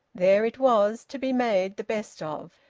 there it was, to be made the best of!